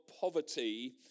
poverty